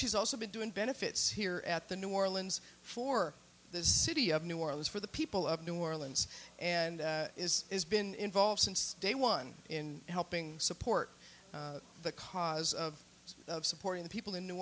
she's also been doing benefits here at the new orleans for the city of new orleans for the people of new orleans and is has been involved since day one in helping support the cause of supporting the people in new